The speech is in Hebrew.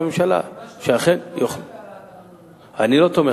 לפי מה שאתה אומר, אתה תומך